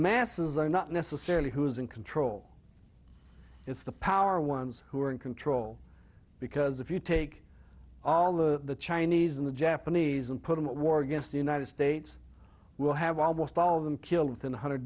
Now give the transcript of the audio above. masses are not necessarily who's in control it's the power ones who are in control because if you take all the chinese and the japanese and put them at war against the united states will have almost all of them killed within one hundred